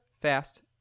fast